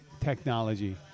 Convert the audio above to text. technology